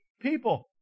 people